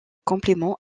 complément